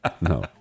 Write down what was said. No